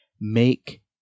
make